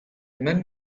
men